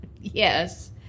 Yes